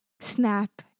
snap